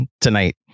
tonight